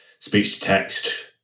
speech-to-text